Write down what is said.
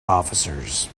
officers